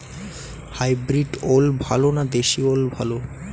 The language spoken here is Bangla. হাইব্রিড ওল ভালো না দেশী ওল ভাল?